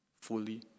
fully